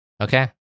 Okay